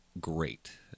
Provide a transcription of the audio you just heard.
great